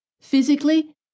physically